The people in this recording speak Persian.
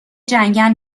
جنگل